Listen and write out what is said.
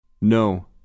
No